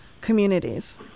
communities